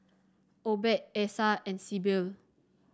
Obed Essa and Sibyl